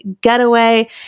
Getaway